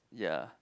ya